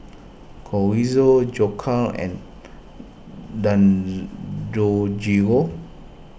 Chorizo Jokbal and Dangojiru